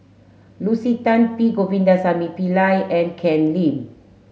Lucy Tan P Govindasamy Pillai and Ken Lim